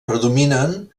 predominen